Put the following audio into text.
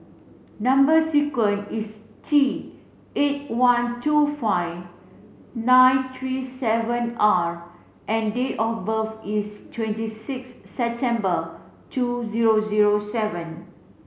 number sequence is T eight one two five nine three seven R and date of birth is twenty six September two zero zero seven